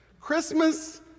Christmas